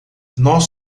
nós